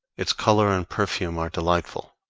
its color and perfume are delightful,